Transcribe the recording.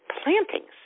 plantings